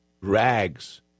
rags